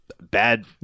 bad